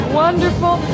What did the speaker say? wonderful